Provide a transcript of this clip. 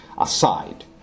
aside